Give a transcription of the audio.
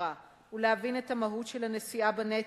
בחברה ולהבין את המהות של הנשיאה בנטל,